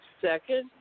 second